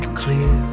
clear